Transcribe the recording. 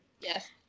Yes